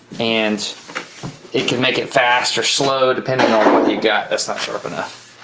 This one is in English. and it can make it fast or slow depending on whether you got, that's not sharp enough.